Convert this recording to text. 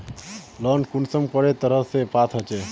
Loan कुंसम करे तरह से पास होचए?